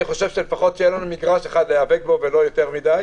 אני חושב שלפחות יהיה לנו מגרש אחד להיאבק בו ולא יותר מדי.